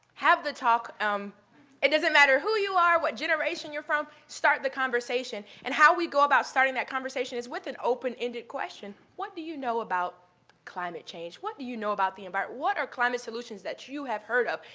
have the talk um it doesn't matter who you are, what generation you're from, start the conversation. and how we go about starting that conversation is with an open-ended question what do you know about climate change? what do you know the environment? what are climate solutions that you have heard of?